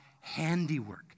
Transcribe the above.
handiwork